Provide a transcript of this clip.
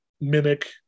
mimic